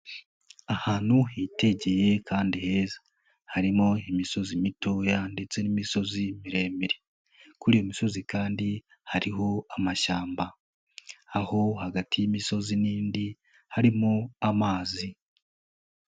Ahantu hitegeye kandi heza harimo imisozi mitoya ndetse n'imisozi miremire, kuri iyo misozi kandi hariho amashyamba aho hagati y'imisozi n'indi harimo amazi.